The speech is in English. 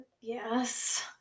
Yes